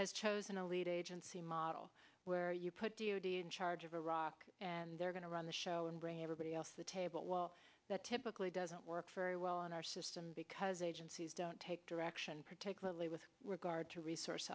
has chosen a lead agency model where you put duty in charge of iraq and they're going to run the show and bring everybody else the table well that typically doesn't work very well in our system because agencies don't take direction particularly with regard to resource